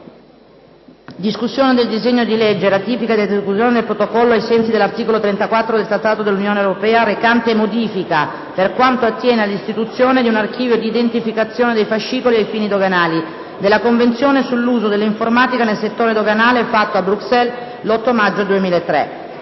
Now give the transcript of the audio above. *Allegato A* DISEGNO DI LEGGE Ratifica ed esecuzione del Protocollo ai sensi dell'articolo 34 del Trattato sull'Unione europea recante modifica, per quanto attiene all'istituzione di un archivio di identificazione dei fascicoli a fini doganali, della Convenzione sull'uso dell'informatica nel settore doganale, fatto a Bruxelles l'8 maggio 2003